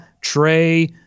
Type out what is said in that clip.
Trey